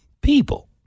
people